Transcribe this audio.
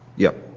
yeah.